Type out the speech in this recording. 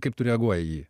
kaip tu reaguoji į jį